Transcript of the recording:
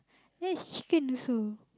that is chicken also